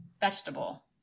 vegetable